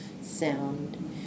sound